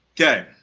Okay